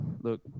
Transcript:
Look